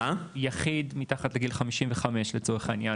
יחיד מתחת לגיל 55 לצורך העניין,